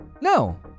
No